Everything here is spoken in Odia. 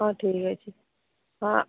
ହଁ ଠିକ ଅଛି ହଁ